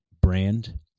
brand